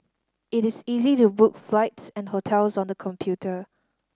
it is easy to book flights and hotels on the computer